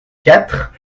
quatre